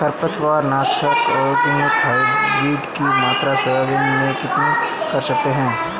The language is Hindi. खरपतवार नाशक ऑर्गेनिक हाइब्रिड की मात्रा सोयाबीन में कितनी कर सकते हैं?